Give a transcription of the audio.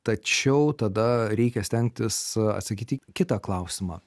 tačiau tada reikia stengtis atsakyti į kitą klausimą